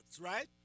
right